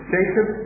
Jacob